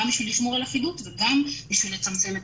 גם בשביל לשמור על אחידות וגם בשביל לצמצם את